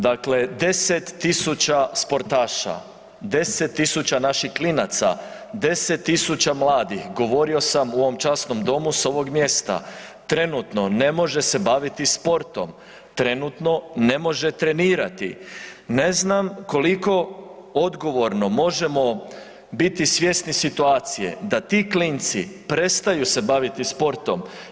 Dakle, 10 tisuća sportaša, 10 tisuća naših klinaca, 10 tisuća mladih, govorio sam u ovom časnom Domu, s ovog mjesta, trenutno ne može se baviti sportom, trenutno ne može trenirati, ne znam koliko odgovorno možemo biti svjesni situacije da ti klinci prestaju se baviti sportom.